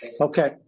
Okay